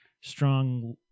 strong